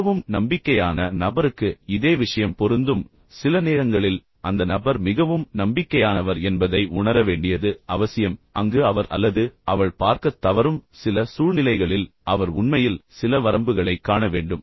மிகவும் நம்பிக்கையான நபருக்கு இதே விஷயம் பொருந்தும் சில நேரங்களில் அந்த நபர் மிகவும் நம்பிக்கையானவர் என்பதை உணர வேண்டியது அவசியம் அங்கு அவர் அல்லது அவள் பார்க்கத் தவறும் சில சூழ்நிலைகளில் அவர் உண்மையில் சில வரம்புகளைக் காண வேண்டும்